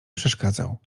przeszkadzał